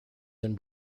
than